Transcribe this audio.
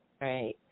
right